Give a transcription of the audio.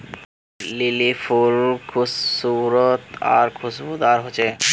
lily फुल खूबसूरत आर खुशबूदार होचे